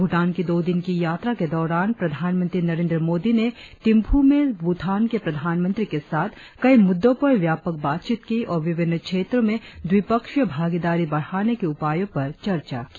भूटान की दो दिन की यात्रा के दौरान प्रधानमंत्री नरेंद्र मोदी ने थिम्फू में भूटन के प्रधानमंत्री के साथ कई मुद्दों पर व्यापक बातचीत की और विभिन्न क्षेत्रों में द्विपक्षीय भागीदारी बढ़ाने के उपायों पर चर्चा की